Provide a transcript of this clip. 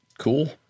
cool